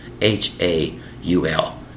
H-A-U-L